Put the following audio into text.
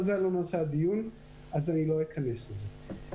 אבל זה לא נושא הדיון אז לא אכנס לזה.